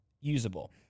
usable